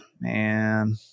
man